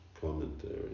commentary